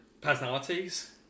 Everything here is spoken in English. personalities